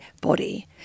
body